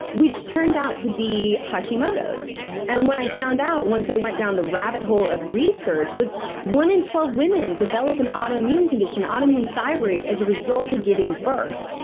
which turned out to be hashimoto's yep and when i found out, once i went down the rabbit hole of research, was one in twelve women develop an autoimmune condition, autoimmune thyroid, as a result of giving birth.